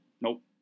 Nope